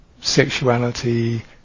sexuality